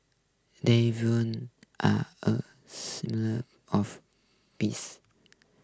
doves are a symbol of peace